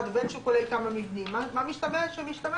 ובין שהוא כולל כמה מבנים או שהוא במקום מסוים שאינו